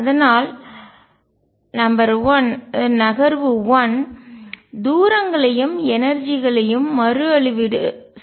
அதனால் நம்பர்1 நகர்வு 1 தூரங்களையும் எனர்ஜிஆற்றல் களையும் மறு அளவீடு செய்வது ஆகும்